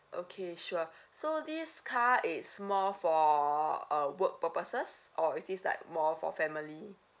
okay sure so this car is more for uh work purposes or is this like more for family